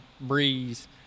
Breeze